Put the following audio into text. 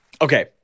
Okay